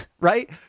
Right